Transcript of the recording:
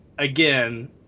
Again